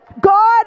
God